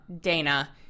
Dana